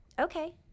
Okay